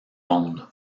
monde